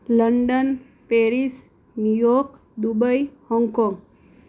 London Paris New York Dubai Hong Kong